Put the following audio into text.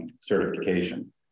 certification